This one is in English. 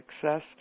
Success